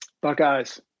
Buckeyes